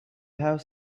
have